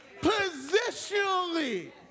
Positionally